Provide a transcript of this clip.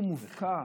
מחיר מופקע.